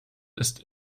ist